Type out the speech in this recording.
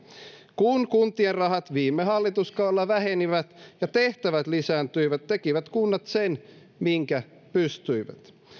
kun kuntien rahat viime hallituskaudella vähenivät ja tehtävät lisääntyivät tekivät kunnat sen minkä pystyivät